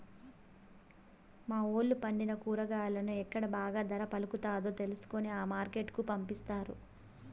మా వూళ్ళో పండిన కూరగాయలను ఎక్కడ బాగా ధర పలుకుతాదో తెలుసుకొని ఆ మార్కెట్ కు పంపిస్తారు